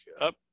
up